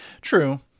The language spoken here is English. True